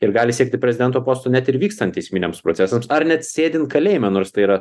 ir gali siekti prezidento posto net ir vykstant teisminiams procesams ar net sėdint kalėjime nors tai yra